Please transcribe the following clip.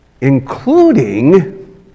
Including